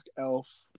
elf